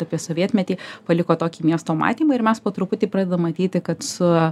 apie sovietmetį paliko tokį miesto matymą ir mes po truputį pradedam matyti kad su